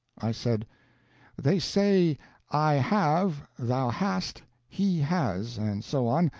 i said they say i have, thou hast, he has, and so on,